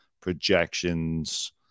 projections